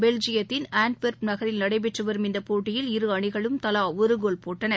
பெல்ஜியத்தின் Antwerp நகரில் நடைபெற்றுவரும் இந்தப் போட்டியில் இரு அணிகளும் தலாஒருகோல் போட்டன